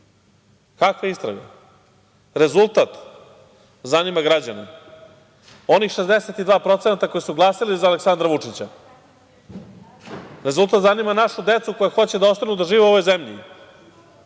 Kakva istraga? Rezultat zanima građane, onih 62% koji su glasali za Aleksandra Vučića. Rezultat zanima našu decu koja hoće da ostanu da žive u ovoj zemlji.